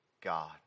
God